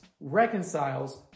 reconciles